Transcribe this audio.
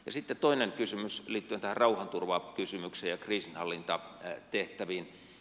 sitten toinen kysymys liittyen tähän rauhanturvakysymykseen ja kriisinhallintatehtäviin